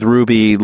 Ruby